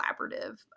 collaborative